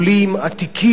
עתיקים,